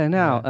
now